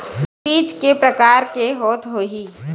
बीज के प्रकार के होत होही?